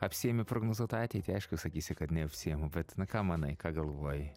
apsiimi prognozuot ateitį aišku sakysi kad neapsiimu bet na ką manai ką galvoji